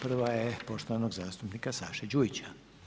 Prva je poštovanog zastupnika SAše Đujića.